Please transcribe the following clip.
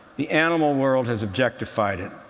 the animal world has objectified it.